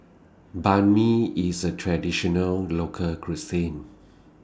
Banh MI IS A Traditional Local Cuisine